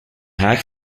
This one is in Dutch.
haag